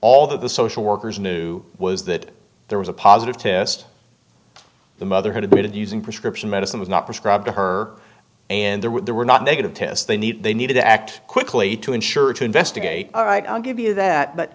that the social workers knew was that there was a positive test the mother had admitted using prescription medicine was not prescribed to her and there were not negative tests they need they need to act quickly to ensure to investigate all right i'll give you that but